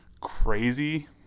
crazy –